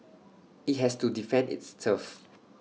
IT has to defend its turf